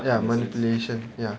ya manipulation ya